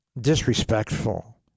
disrespectful